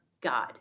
God